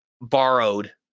borrowed